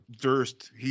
Durst